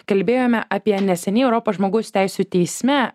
kalbėjome apie neseniai europos žmogaus teisių teisme